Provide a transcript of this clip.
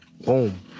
boom